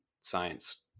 science